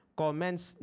comments